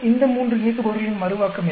இந்த மூன்று இயக்குபவர்களின் மறுவாக்கம் என்ன